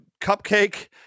Cupcake